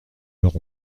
leur